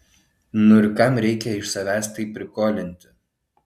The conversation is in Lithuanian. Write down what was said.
nu ir kam reikia iš savęs taip prikolinti